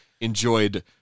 enjoyed